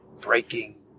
breaking